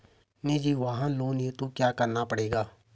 निजी वाहन लोन हेतु क्या करना पड़ेगा?